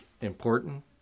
important